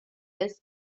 this